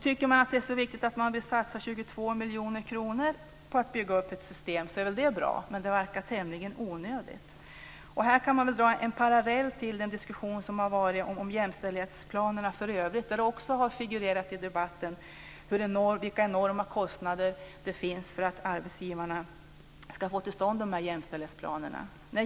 Tycker man att det är så viktigt att man vill satsa 22 miljoner kronor på att bygga upp ett system är väl det bra, men det verkar tämligen onödigt. Här kan man dra en parallell till den diskussion som har varit om jämställdhetsplanerna för övrigt. Det har i debatten figurerat uppgifter om vilka enorma kostnader det finns för att arbetsgivarna ska få till stånd jämställdhetsplaner.